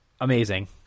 Amazing